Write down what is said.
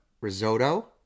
risotto